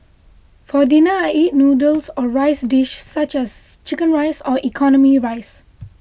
for dinner I eat noodles or rice dish such as Chicken Rice or economy rice